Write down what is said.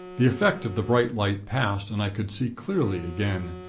the effect of the bright light passed, and i could see clearly again.